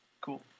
cool